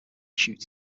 shoots